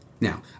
Now